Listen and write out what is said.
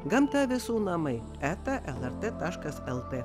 gamta visų namai eta lrt taškas lt